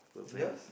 yours